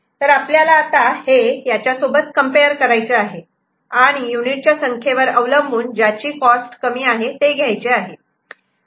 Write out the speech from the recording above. तर आपल्याला हे त्याच्यासोबत कम्पेअर करायचे आहे आणि युनिट च्या संख्येवर अवलंबून ज्याची कॉस्ट कमी आहे ते घ्यायचे आहे